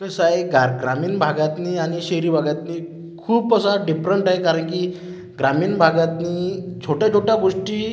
कसं आहे ग्रा ग्रामीण भागातनी आणि शहरी भागातनी खूप असा डिपरंट आहे कारण की ग्रामीण भागातनी छोट्या छोट्या गोष्टी